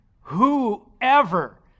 whoever